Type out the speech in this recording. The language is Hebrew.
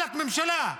עלק ממשלה,